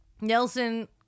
Nelson